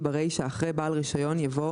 "בעל רישיון" יבוא